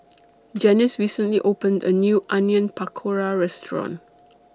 Janyce recently opened A New Onion Pakora Restaurant